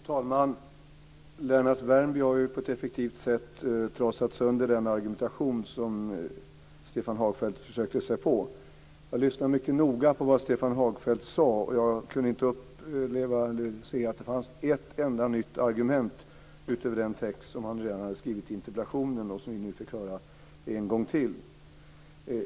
Fru talman! Lennart Värmby har ju på ett effektivt sätt trasat sönder den argumentation som Stefan Hagfeldt försökte sig på. Jag lyssnade mycket noga på det som Stefan Hagfeldt sade, och jag kunde inte finna ett enda argument utöver dem som nämns i den text som han har skrivit i interpellationen och som vi nu fick höra en gång till.